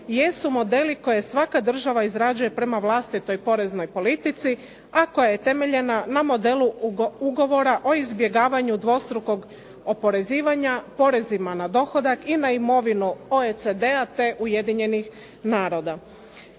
jesu modeli koje svaka država izrađuje prema vlastitoj poreznoj politici a koja je temeljena na modelu ugovora o izbjegavanju dvostrukog oporezivanja poreza na dohodak i na imovinu OECD-a i Ujedinjenih naroda.